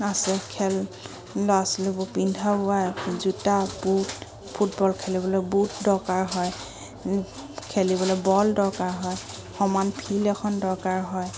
আছে খেল ল'ৰা ছোৱালীবোৰ পিন্ধা উৰাই জোতা বুট ফুটবল খেলিবলৈ বুট দৰকাৰ হয় খেলিবলৈ বল দৰকাৰ হয় সমান ফিল্ড এখন দৰকাৰ হয়